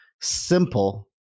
simple